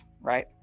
right